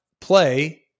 play